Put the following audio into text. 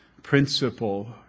principle